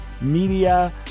Media